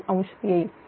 062° येईल